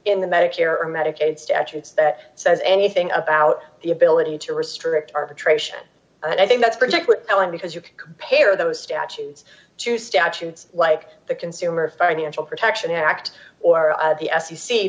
in the medicare or medicaid statutes that says anything about the ability to restrict arbitration and i think that's particularly telling because you can compare those statutes to statutes like the consumer financial protection act or the f